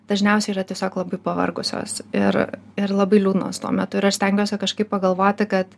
dažniausiai yra tiesiog labai pavargusios ir ir labai liūdnos tuo metu ir aš stengiuosi kažkaip pagalvoti kad